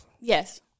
Yes